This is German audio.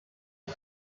ich